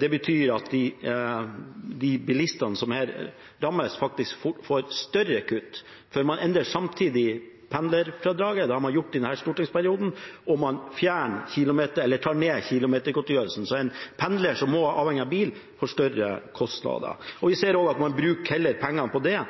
Det betyr at de bilistene som her rammes, faktisk får et større kutt, for man endrer samtidig pendlerfradraget, det har man gjort i denne stortingsperioden, og man reduserer kilometergodtgjørelsen. Så en pendler som er avhengig av bil, får større kostnader. Vi ser at en bruker penger på det